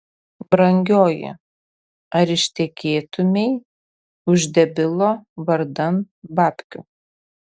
brangioji ar ištekėtumei už debilo vardan babkių